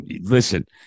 listen